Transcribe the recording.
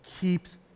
keeps